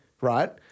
Right